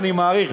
אני מעריך,